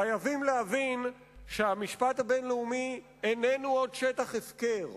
חייבים להבין שהמשפט הבין-לאומי איננו עוד שטח הפקר,